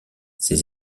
ses